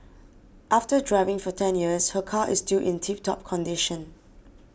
after driving for ten years her car is still in tip top condition